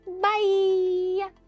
bye